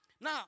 Now